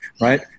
right